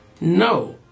No